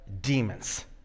demons